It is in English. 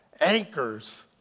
anchors